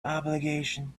obligation